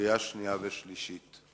בקריאה השנייה ובקריאה השלישית.